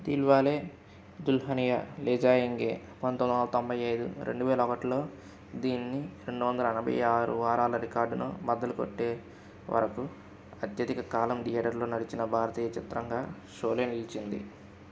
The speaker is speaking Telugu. దిల్వాలే దుల్హనియా లేజాయేంగే పంతొమ్మిది వందల తొంభై ఐదు రెండు వేల ఒకటిలో దీన్ని రెండు వందల ఎనభై ఆరు వారాల రికార్డును బద్దలు కొట్టే వరకు అత్యధిక కాలం థియేటర్లో నడిచిన భారతీయ చిత్రంగా షోలే నిలిచింది